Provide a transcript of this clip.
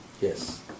yes